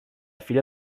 filla